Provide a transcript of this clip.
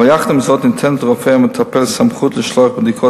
אבל יחד עם זאת ניתנת לרופא המטפל סמכות לשלוח בדיקות